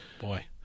Boy